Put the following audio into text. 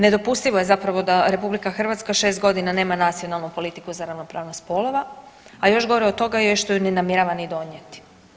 Nedopustivo je zapravo da RH 6 godina nema nacionalnu politiku za ravnopravnost spolova, a još gore od toga je što ju ne namjerava ni donijeti.